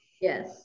yes